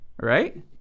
right